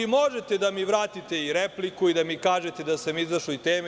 Možete da mi vratite i repliku i da mi kažete da sam izašao iz teme.